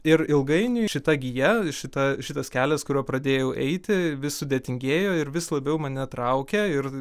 ir ilgainiui šita gija šita šitas kelias kuriuo pradėjau eiti vis sudėtingėjo ir vis labiau mane traukė ir